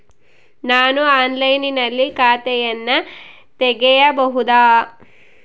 ನಾನು ಆನ್ಲೈನಿನಲ್ಲಿ ಖಾತೆಯನ್ನ ತೆಗೆಯಬಹುದಾ?